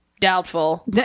doubtful